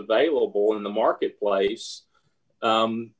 available in the marketplace